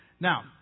Now